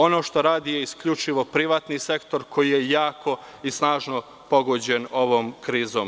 Ono što radi je isključivo privatni sektor koji je jako i snažno pogođen ovom krizom.